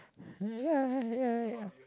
ya ya ya ya